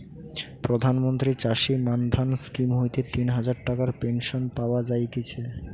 প্রধান মন্ত্রী চাষী মান্ধান স্কিম হইতে তিন হাজার টাকার পেনশন পাওয়া যায়তিছে